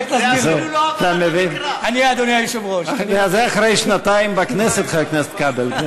זה אחרי שנתיים בכנסת, חבר הכנסת כבל.